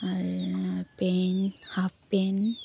আৰু pen half PAN